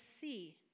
see